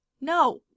no